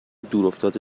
دورافتاده